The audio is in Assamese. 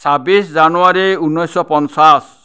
ছাব্বিছ জানুৱাৰী ঊনৈছশ পঞ্চাছ